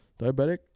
diabetic